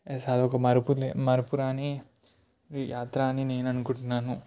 yes అదొక మరపు మరపురాని యాత్ర అని నేను అనుకుంటున్నాను